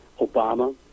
Obama